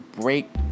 break